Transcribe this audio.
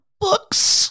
Books